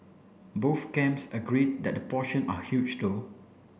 both camps agree that the portion are huge though